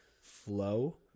flow